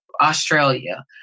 Australia